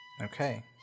Okay